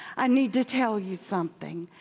i need to tell you something.